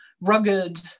rugged